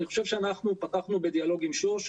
אני חושב שאנחנו פתחנו בדיאלוג עם שוש,